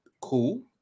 cool